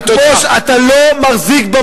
אתה חצוף,